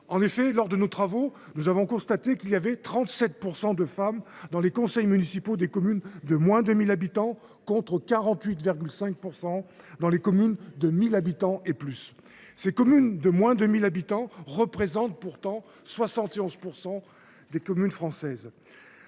En effet, lors de nos travaux, nous avons constaté que les femmes ne représentent que 37,6 % des conseillers municipaux dans les communes de moins de 1 000 habitants, contre 48,5 % dans les communes de 1 000 habitants et plus. Ces communes de moins de 1 000 habitants constituent pourtant 71 % des communes françaises.